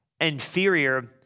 inferior